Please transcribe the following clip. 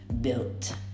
built